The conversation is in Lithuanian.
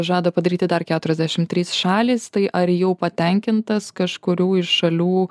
žada padaryti dar keturiasdešim trys šalys tai ar jau patenkintas kažkurių iš šalių